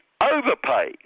overpay